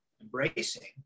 embracing